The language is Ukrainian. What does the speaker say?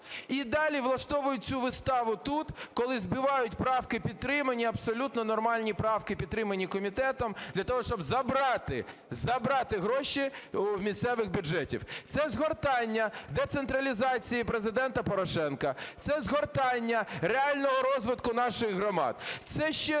і далі влаштовують цю виставу тут, коли збивають правки підтримані, абсолютно нормальні правки підтримані комітетом, для того, щоб забрати гроші в місцевих бюджетів. Це згортання децентралізації Президента Порошенка. Це згортання реального розвитку наших громад. Це ще